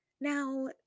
Now